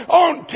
on